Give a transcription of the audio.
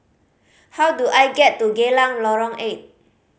how do I get to Geylang Lorong Eight